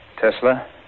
Tesla